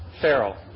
Farrell